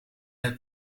het